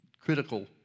critical